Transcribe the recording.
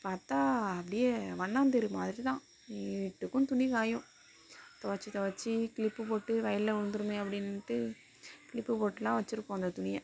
பார்த்தா அப்படியே வண்ணாந்தெரு மாதிரி தான் நீட்டுக்கும் துணி காயும் துவச்சி துவச்சி க்ளிப்பு போட்டு வயல்ல விழுந்துருமே அப்படின்ட்டு க்ளிப்பு போட்டுலாம் வச்சிருப்போம் அந்த துணியை